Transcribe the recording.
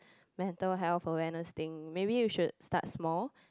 mental health awareness thing maybe you should start small